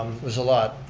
there's a lot.